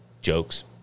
jokes